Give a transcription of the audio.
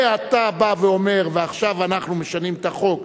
ואתה בא ואומר: ועכשיו אנחנו משנים את החוק,